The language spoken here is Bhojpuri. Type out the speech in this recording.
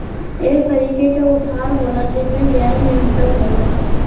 एक तरीके के उधार होला जिम्मे ब्याज न्यूनतम होला